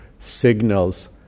signals